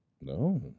No